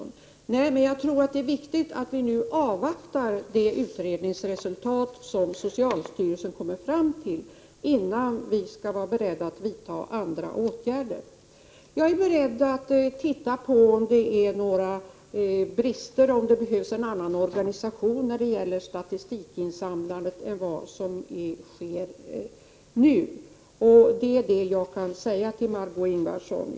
Nej, men jag tror att det är viktigt att vi nu avvaktar det utredningsresultat som socialstyrelsen kommer fram till, innan vi vidtar andra åtgärder. Jag är beredd att studera om det behövs en annan organisation för statistikinsamlingen än den som gäller i dag. Det är det jag kan säga till Marg6 Ingvardsson.